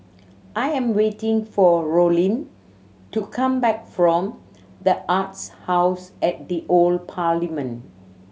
I am waiting for Rollin to come back from The Arts House at the Old Parliament